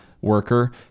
worker